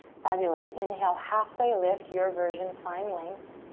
fabulous, inhale, halfway lift, your version. find length.